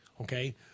Okay